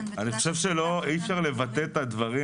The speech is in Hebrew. אני חושב שאי אפשר לבטא את הדברים